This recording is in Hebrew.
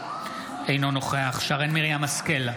אינו נוכח שרן מרים השכל,